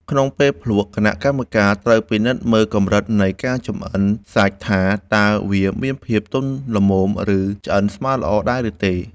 ក្នុងពេលភ្លក្ស គណៈកម្មការត្រូវពិនិត្យមើលកម្រិតនៃការចម្អិនសាច់ថា តើវាមានភាពទន់ល្មម ឬឆ្អិនស្មើល្អដែរឬទេ។